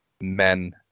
men